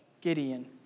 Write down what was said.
Gideon